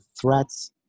threats